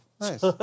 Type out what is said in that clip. nice